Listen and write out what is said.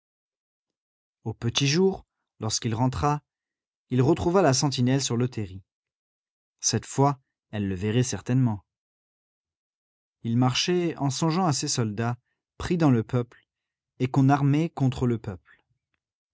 au petit jour lorsqu'il rentra il retrouva la sentinelle sur le terri cette fois elle le verrait certainement il marchait en songeant à ces soldats pris dans le peuple et qu'on armait contre le peuple